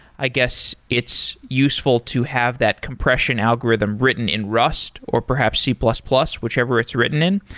i guess it's useful to have that compression algorithm written in rust, or perhaps c plus plus, whichever it's written in.